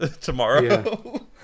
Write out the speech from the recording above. tomorrow